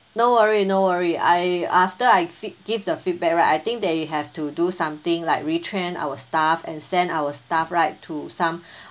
no worry no worry I after I feed~ give the feedback right I think they'll have to do something like retrain our staff and send our staff right to some